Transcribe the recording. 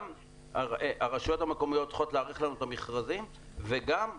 גם הרשויות המקומיות צריכות להאריך לנו את המכרזים וגם הבנקים.